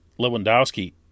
Lewandowski